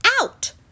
out